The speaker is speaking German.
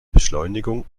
beschleunigung